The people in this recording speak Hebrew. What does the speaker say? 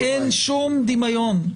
אין שום דמיון.